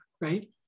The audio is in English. Right